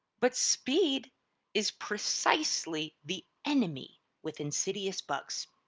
but speed is precisely the enemy with insidious bugs.